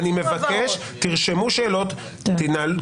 אני מבקש שתרשמו שאלות ותשאלו בסוף,